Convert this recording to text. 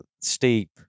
steep